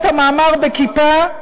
את המאמר ב"כיפה"